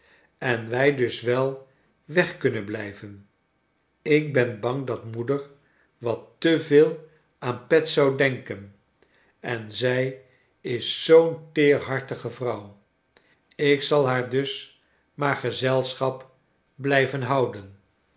en wij dus wel weg kunnen blijven ik ben bang dat moeder wat te veel aan pet zou denken en zij is zoo'n teerhartige vrouw ik zal haar dus maar gezelschap blijven houden